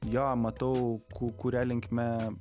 jo matau ku kuria linkme